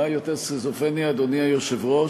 מה יותר סכיזופרניה, אדוני היושב-ראש,